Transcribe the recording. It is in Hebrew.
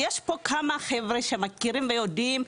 כי יש פה כמה חבר'ה שמכירים ויודעים,